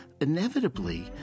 inevitably